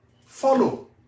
follow